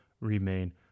remain